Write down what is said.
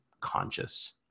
conscious